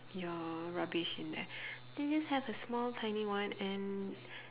your rubbish in there they just have a small tiny one and